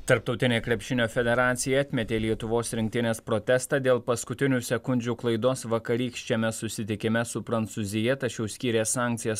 tarptautinė krepšinio federacija atmetė lietuvos rinktinės protestą dėl paskutinių sekundžių klaidos vakarykščiame susitikime su prancūzija tačiau skyrė sankcijas